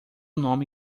nome